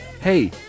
Hey